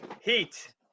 heat